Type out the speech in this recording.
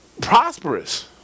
prosperous